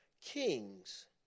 kings